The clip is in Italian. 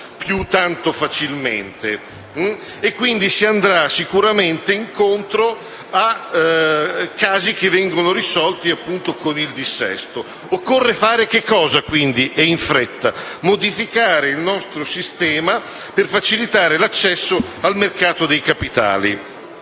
più tanto facilmente e quindi si andrà sicuramente incontro a casi che verranno risolti con il dissesto. Occorre fare in fretta per modificare il nostro sistema, per facilitare l'accesso al mercato dei capitali.